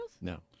No